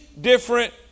different